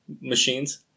machines